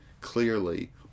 clearly